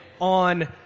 on